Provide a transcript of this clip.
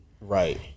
right